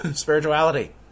spirituality